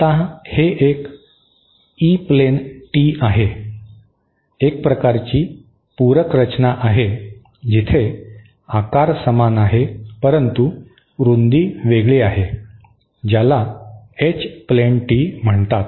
आता हे एक ई प्लेन टी आहे एक प्रकारची पूरक रचना आहे जिथे आकार समान आहे परंतु रुंदी वेगळी आहे ज्याला एच प्लेन टी म्हणतात